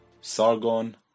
Sargon